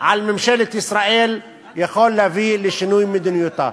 על ממשלת ישראל יכול להביא לשינוי מדיניותה.